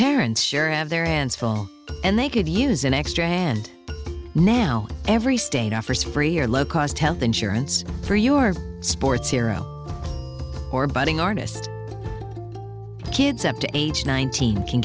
parents sure have their hands full and they could use an extra hand now every state offers free or low cost health insurance for your sports hero or budding artist kids up to age nineteen can